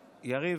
דקות.